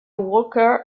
walker